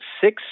six